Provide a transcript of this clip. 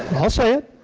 i'll say it.